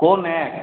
কোন অ্যাক্ট